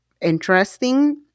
interesting